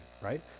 right